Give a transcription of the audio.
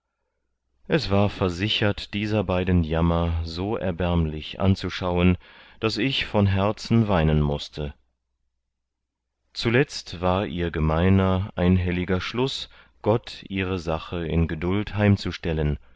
es war versichert dieser beiden jammer so erbärmlich anzuschauen daß ich von herzen weinen mußte zuletzt war ihr gemeiner einhelliger schluß gott ihre sache in gedult